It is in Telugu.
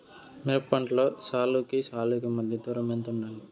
మిరప పంటలో సాలుకి సాలుకీ మధ్య దూరం ఎంత వుండాలి?